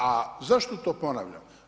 A zašto što ponavljam?